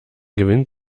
gewinnt